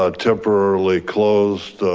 ah temporarily closed.